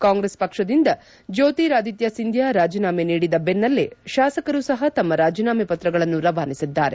ಕಾಂಗ್ರೆಸ್ ಪಕ್ಷದಿಂದ ಜ್ಯೋತಿ ರಾಧಿತ್ಯ ಸಿಂಧ್ಯ ರಾಜೀನಾಮೆ ನೀಡಿದ ಬೆನ್ನಲ್ಲೆ ಶಾಸಕರು ಸಹ ತಮ್ಮ ರಾಜೀನಾಮೆ ಪತ್ರಗಳನ್ನು ರವಾನಿಸಿದ್ದಾರೆ